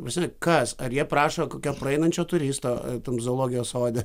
ta prasme kas ar jie prašo kokio praeinančio turisto tam zoologijos sode